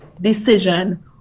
decision